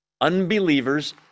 unbelievers